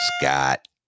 Scott